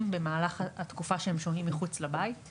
במהלך התקופה שהם שוהים מחוץ לבית;